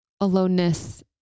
aloneness